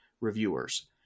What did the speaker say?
reviewers